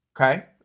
Okay